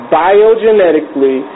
biogenetically